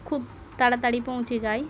খুব তাড়াতাড়ি পৌঁছে যাই